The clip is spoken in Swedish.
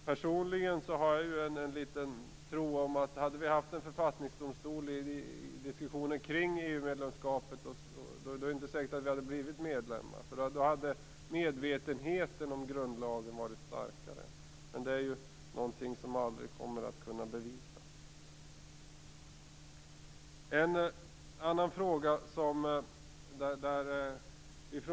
Personligen tror jag att det inte är säkert att vi hade blivit EU-medlemmar, om vi hade haft en författningsdomstol. Då hade medvetenheten om grundlagen varit starkare. Det är dock någonting som aldrig kommer att kunna bevisas.